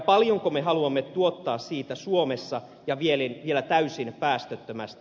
paljonko me haluamme tuottaa siitä suomessa ja vielä täysin päästöttömästi